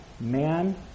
man